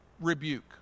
rebuke